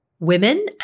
Women